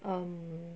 um